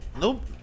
nope